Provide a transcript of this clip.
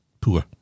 poor